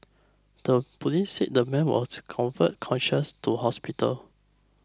the police said the man was conveyed conscious to hospital